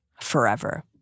forever